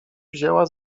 wzięła